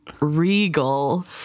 regal